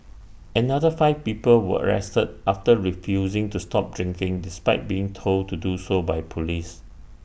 another five people were arrested after refusing to stop drinking despite being told to do so by Police